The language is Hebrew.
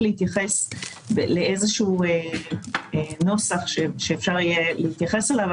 להתייחס לאיזשהו נוסח שאפשר יהיה להתייחס אליו,